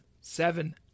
Seven